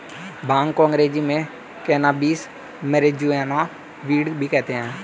भांग को अंग्रेज़ी में कैनाबीस, मैरिजुआना, वीड भी कहते हैं